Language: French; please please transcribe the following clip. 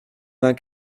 vingt